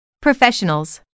Professionals